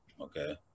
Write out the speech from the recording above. Okay